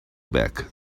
back